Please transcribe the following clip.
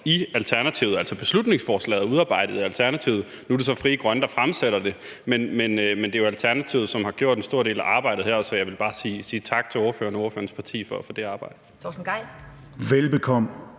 godt, at det er et beslutningsforslag, der er udarbejdet i Alternativet. Nu er det så Frie Grønne, der fremsætter det, men det er jo Alternativet, der har gjort en stor del af arbejdet. Så jeg vil bare sige tak til ordføreren og ordførerens parti for det arbejde.